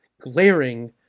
glaring